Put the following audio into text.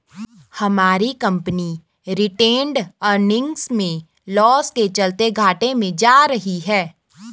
हमारी company retained earnings में loss के चलते घाटे में जा रही है